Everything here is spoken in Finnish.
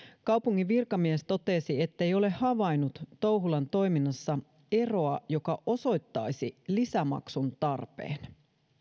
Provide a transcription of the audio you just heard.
kaupungin virkamies totesi ettei ole havainnut touhulan toiminnassa eroa joka osoittaisi lisämaksun tarpeen